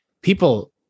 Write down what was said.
people